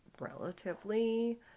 relatively